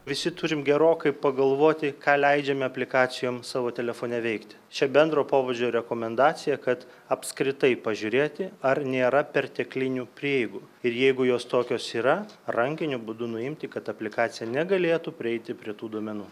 visi turim gerokai pagalvoti ką leidžiam aplikacijoms savo telefone veikti šią bendro pobūdžio rekomendaciją kad apskritai pažiūrėti ar nėra perteklinių prieigų ir jeigu jos tokios yra rankiniu būdu nuimti kad aplikacija negalėtų prieiti prie tų duomenų